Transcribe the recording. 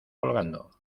colgando